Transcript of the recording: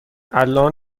الان